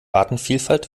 artenvielfalt